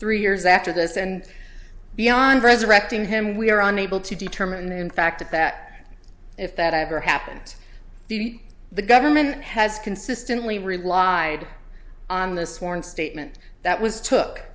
three years after this and beyond resurrecting him we are unable to determine in fact that if that ever happened to be the government has consistently relied on the sworn statement that was took